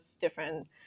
different